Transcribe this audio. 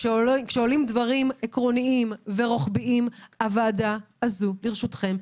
כשעולים דברים עקרוניים ורוחביים הוועדה הזו לרשותכם.